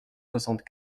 soixante